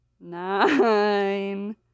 nine